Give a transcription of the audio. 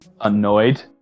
annoyed